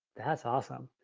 that's awesome.